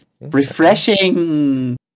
refreshing